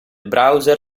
browser